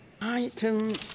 Item